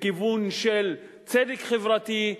בכיוון של צדק חברתי,